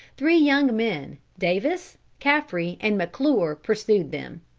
three young men, davis, caffre and mcclure, pursued them.